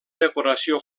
decoració